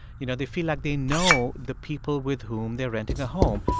you know, they feel like they know the people with whom they're renting a home.